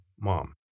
Mom